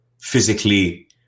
physically